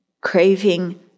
craving